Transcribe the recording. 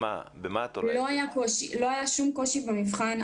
לא היה שום קושי במבחן,